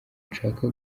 nshaka